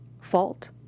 fault